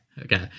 okay